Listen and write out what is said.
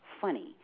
funny